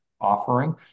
offering